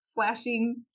flashing